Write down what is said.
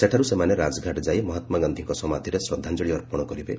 ସେଠାର୍ ସେମାନେ ରାଜଘାଟ ଯାଇ ମହାତ୍ମାଗାନ୍ଧିଙ୍କ ସମାଧୁରେ ଶ୍ରଦ୍ଧାଞ୍ଚଳି ଅର୍ପଣ କରିବେ